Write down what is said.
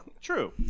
true